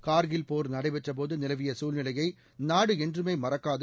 கார்கில் போர் நடைபெற்ற போது நிலவிய சூழ்நிலையை நாடு என்றுமே மறக்காது